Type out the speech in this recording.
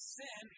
sin